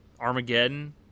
armageddon